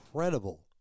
incredible